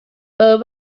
but